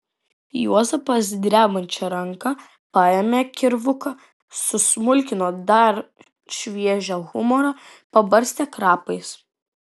juozapas drebančia ranka paėmė kirvuką susmulkino dar šviežią humorą pabarstė krapais